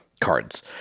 cards